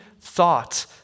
thought